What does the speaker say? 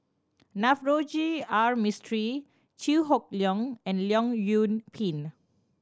Navroji R Mistri Chew Hock Leong and Leong Yoon Pin